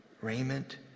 raiment